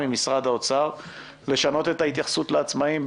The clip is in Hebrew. ממשרד האוצר לשנות את ההתייחסות לעצמאים,